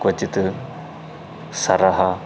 क्वचित् सरः